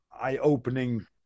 eye-opening